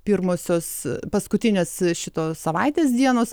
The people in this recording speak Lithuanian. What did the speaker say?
pirmosios paskutinės šitos savaitės dienos